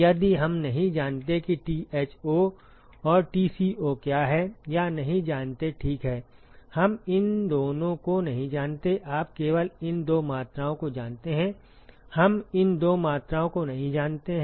अब हम नहीं जानते कि Tho और Tco क्या हैं या नहीं जानते ठीक है हम इन दोनों को नहीं जानते आप केवल इन दो मात्राओं को जानते हैं हम इन दो मात्राओं को नहीं जानते हैं